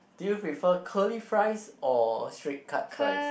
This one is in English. do you prefer curly fries or straight cut fries